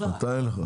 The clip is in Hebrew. מתי אין לך?